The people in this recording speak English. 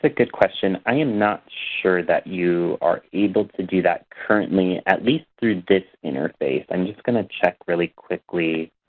good question. i am not sure that you are able to do that currently, at least through this interface. i'm just going to check really quickly.